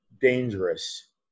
dangerous